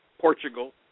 Portugal